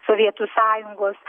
sovietų sąjungos